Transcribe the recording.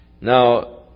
Now